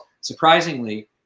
Surprisingly